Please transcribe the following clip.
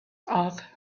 off